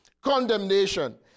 condemnation